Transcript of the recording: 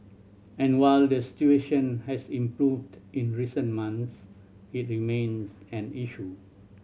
and while the situation has improved in recent months it remains an issue